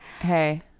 Hey